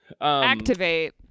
activate